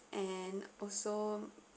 and also